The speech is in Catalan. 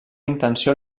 intenció